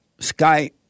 Skype